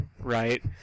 right